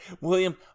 William